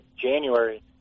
January